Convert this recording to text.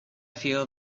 feel